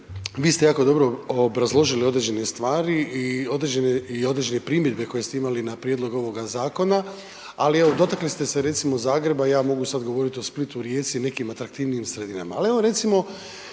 Vi ste jako dobro obrazložili određene stvari i određene primjedbe koje ste imali na prijedlog ovog zakona, ali evo, dotakli ste se recimo Zagreba i ja mogu sad govoriti o Splitu, Rijeci, nekim atraktivnijim sredinama. Ali evo, recimo,